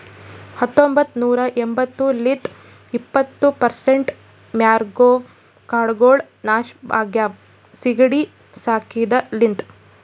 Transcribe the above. ಹತೊಂಬತ್ತ ನೂರಾ ಎಂಬತ್ತು ಲಿಂತ್ ಇಪ್ಪತ್ತು ಪರ್ಸೆಂಟ್ ಮ್ಯಾಂಗ್ರೋವ್ ಕಾಡ್ಗೊಳ್ ನಾಶ ಆಗ್ಯಾವ ಸೀಗಿಡಿ ಸಾಕಿದ ಲಿಂತ್